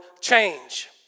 change